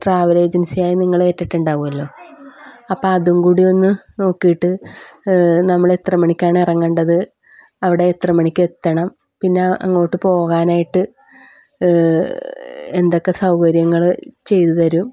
travel ജൻസിയായി നിങ്ങൾ എറ്റിട്ടുണ്ടാവുമല്ലോ അപ്പം അതുംകൂടി ഒന്ന് നോക്കിയിട്ട് നമ്മളെത്ര മണിക്കാണ് ഇറങ്ങേണ്ടത് അവിടെ എത്ര മണിക്കെത്തണം പിന്നെ അങ്ങോട്ട് പോകാനായിട്ട് എന്തൊക്ക സൗകര്യങ്ങൾ ചെയ്ത് തരും